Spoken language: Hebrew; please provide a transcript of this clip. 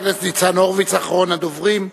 חבר הכנסת ניצן הורוביץ, אחרון הדוברים.